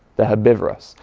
they're herbivorous.